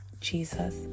Jesus